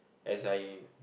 as I